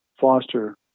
Foster